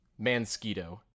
Mansquito